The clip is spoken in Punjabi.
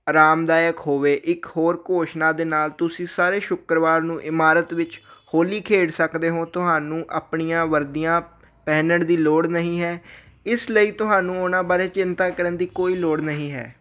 ਆਰਾਮਦਾਇਕ ਹੋਵੇ ਇੱਕ ਹੋਰ ਘੋਸ਼ਣਾ ਦੇ ਨਾਲ ਤੁਸੀਂ ਸਾਰੇ ਸ਼ੁੱਕਰਵਾਰ ਨੂੰ ਇਮਾਰਤ ਵਿੱਚ ਹੋਲੀ ਖੇਡ ਸਕਦੇ ਹੋ ਤੁਹਾਨੂੰ ਆਪਣੀਆਂ ਵਰਦੀਆਂ ਪਹਿਨਣ ਦੀ ਲੋੜ ਨਹੀਂ ਹੈ ਇਸ ਲਈ ਤੁਹਾਨੂੰ ਉਨ੍ਹਾਂ ਬਾਰੇ ਚਿੰਤਾ ਕਰਨ ਦੀ ਕੋਈ ਲੋੜ ਨਹੀਂ ਹੈ